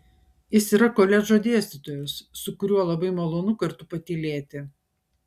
jis yra koledžo dėstytojas su kuriuo labai malonu kartu patylėti